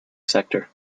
sector